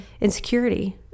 insecurity